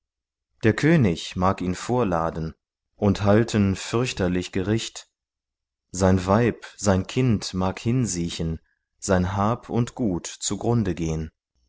der könig mag ihn vorladen und halten fürchterlich gericht sein weib sein kind mag hinsiechen sein hab und gut zugrunde gehn